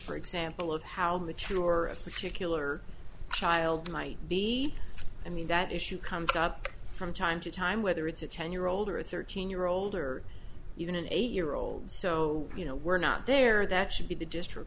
for example of how mature particular child might be i mean that issue comes up from time to time whether it's a ten year old or a thirteen year old or even an eight year old so you know we're not there that should be the